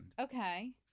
Okay